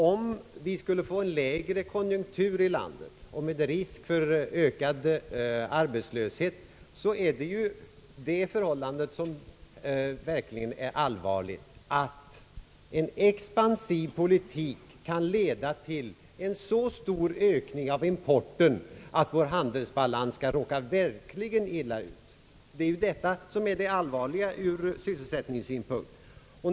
Om vi skulle få en lägre konjunktur i landet och med risk för ökad arbetslöshet är det en allvarlig risk att en expansiv politik kan leda till en så stor ökning av importen, att vår handelsbalans kan råka mycket illa ut. Detta är allvarligt ur sysselsättningssynpunkt.